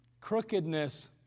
crookedness